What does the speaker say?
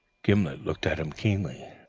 gimblet looked at him keenly.